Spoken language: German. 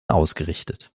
ausgerichtet